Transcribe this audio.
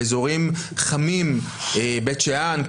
באזורים חמים בית שאן,